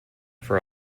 for